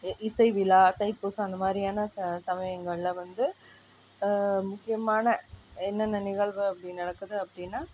இசை விழா தைப்பூசம் அந்த மாதிரியான ச சமயங்களில் வந்து முக்கியமான என்னென்ன நிகழ்வு அப்படி நடக்குது அப்படின்னா